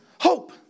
hope